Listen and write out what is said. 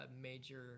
major